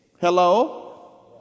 Hello